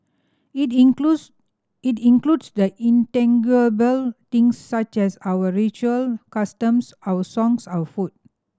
it includes it includes the intangible things such as our ritual customs our songs our food